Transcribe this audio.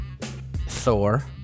Thor